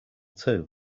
too